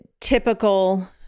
typical